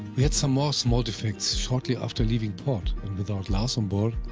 we had some more small defects, shortly after leaving port, and without lars on board,